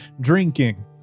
drinking